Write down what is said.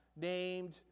named